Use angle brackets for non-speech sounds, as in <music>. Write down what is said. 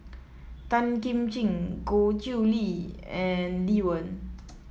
Tan Kim Ching Goh Chiew Lye and Lee Wen <noise>